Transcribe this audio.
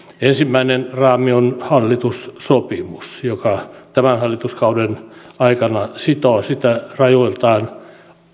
ensimmäinen raami on hallitussopimus joka tämän hallituskauden aikana sitoo sitä rajoiltaan